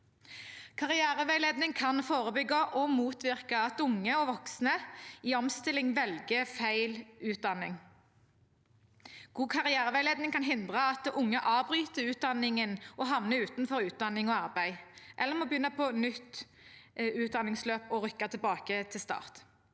Karriereveiledning kan forebygge og motvirke at unge, og voksne i omstilling, velger feil utdanning. God karriereveiledning kan hindre at unge avbryter utdanningen og havner utenfor utdanning og arbeid eller må begynne på nytt utdanningsløp og rykke tilbake til start.